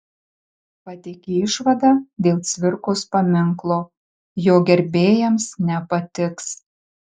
pateikė išvadą dėl cvirkos paminklo jo gerbėjams nepatiks